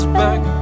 back